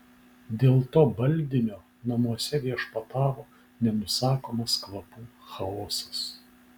dėl to baldinio namuose viešpatavo nenusakomas kvapų chaosas